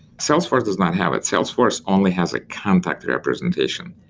salesforce does not have it. salesforce only has a contact representation.